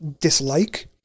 dislike